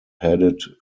headed